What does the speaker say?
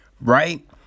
Right